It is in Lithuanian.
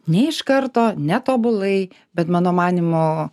ne iš karto ne tobulai bet mano manymu